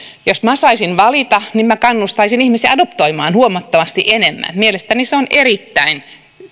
jos minä saisin valita niin minä kannustaisin ihmisiä adoptoimaan huomattavasti enemmän mielestäni se on erittäin